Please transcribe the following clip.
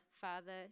father